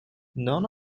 none